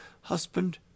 husband